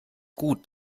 gut